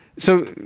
so,